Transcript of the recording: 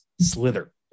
Slither